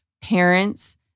parents